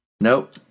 Nope